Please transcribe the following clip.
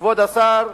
כבוד השר,